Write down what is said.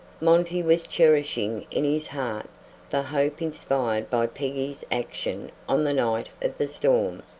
monty was cherishing in his heart the hope inspired by peggy's action on the night of the storm.